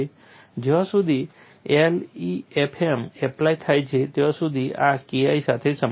જ્યાં સુધી LEFM apply થાય છે ત્યાં સુધી આ KI સાથે સંબંધિત છે